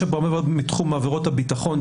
יש עבירות מתחום עבירות הביטחון,